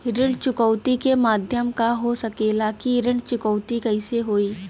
ऋण चुकौती के माध्यम का हो सकेला कि ऋण चुकौती कईसे होई?